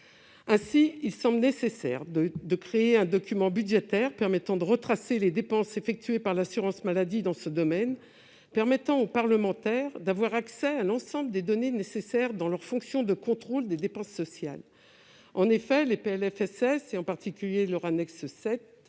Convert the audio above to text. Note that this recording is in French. lors, il convient de créer un document budgétaire retraçant les dépenses effectuées par l'assurance maladie dans ce domaine, qui permette aux parlementaires d'avoir accès à l'ensemble des données nécessaires à l'exercice de leur fonction de contrôle des dépenses sociales. En effet, les PLFSS- en particulier leur annexe 7